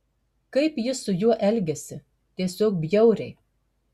kaip ji su juo elgiasi tiesiog bjauriai